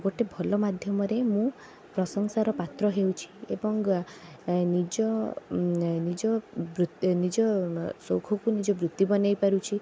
ଗୋଟେ ଭଲ ମାଧ୍ୟମରେ ମୁଁ ପ୍ରଶଂସାର ପାତ୍ର ହେଉଛି ଏବଂ ଏ ନିଜ ନିଜ ନିଜ ସଉକକୁ ନିଜ ବୃତ୍ତି ବନାଇ ପାରୁଛି